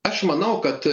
aš manau kad